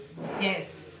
Yes